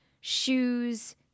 Shoes